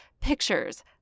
Pictures